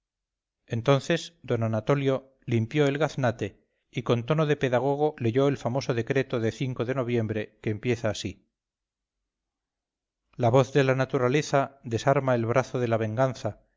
entonces d anatolio limpió el gaznate y con tono de pedagogo leyó el famoso decreto de de noviembre que empieza así la voz de la naturaleza desarma el brazo de la venganza